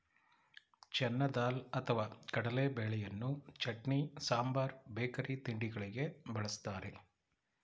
ಚೆನ್ನ ದಾಲ್ ಅಥವಾ ಕಡಲೆಬೇಳೆಯನ್ನು ಚಟ್ನಿ, ಸಾಂಬಾರ್ ಬೇಕರಿ ತಿಂಡಿಗಳಿಗೆ ಬಳ್ಸತ್ತರೆ